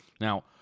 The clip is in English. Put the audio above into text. Now